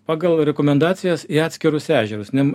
pagal rekomendacijas į atskirus ežerus nem